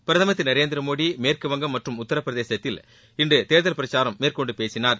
பிரதமர் திரு நரேந்திரமோடி மேற்கு வங்கம் மற்றும் உத்தரப்பிரதேசத்தில் இன்று தேர்தல் பிரச்சாரம் மேற்கொண்டு பேசினார்